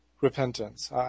repentance